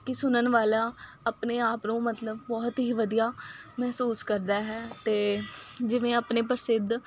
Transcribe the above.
ਕਿ ਸੁਣਨ ਵਾਲਾ ਆਪਣੇ ਆਪ ਨੂੰ ਮਤਲਬ ਬਹੁਤ ਹੀ ਵਧੀਆ ਮਹਿਸੂਸ ਕਰਦਾ ਹੈ ਅਤੇ ਜਿਵੇਂ ਆਪਣੇ ਪ੍ਰਸਿੱਧ